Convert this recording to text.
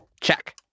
Check